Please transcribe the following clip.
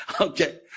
Okay